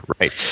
Right